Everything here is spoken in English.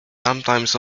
sometimes